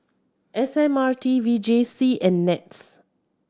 S M R T V J C and NETS